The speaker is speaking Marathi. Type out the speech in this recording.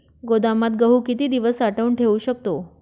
गोदामात गहू किती दिवस साठवून ठेवू शकतो?